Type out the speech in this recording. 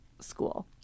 school